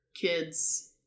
kids